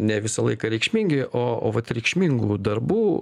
ne visą laiką reikšmingi o o vat reikšmingų darbų